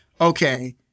okay